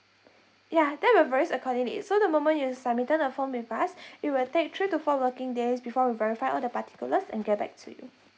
yeah that will varies accordingly so the moment you submitted the form with us it will take three to four working days before we verify all the particulars and get back to you